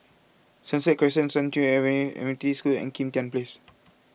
Sunset Crescent San Yu adven Adventist School and Kim Tian Place